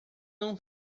não